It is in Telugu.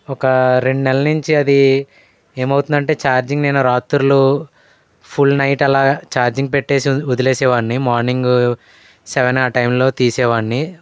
ఒక రెండు నెలల నుంచి అది ఏమి అవుతుందంటే చార్జింగ్ నేను రాత్రులు ఫుల్ నైట్ అలా ఛార్జింగ్ పెట్టేసి వదిలేసేవాన్ని మార్నింగ్ సెవెను ఆ టైంలో తీసేవాన్ని